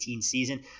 season